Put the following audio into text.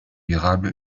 durable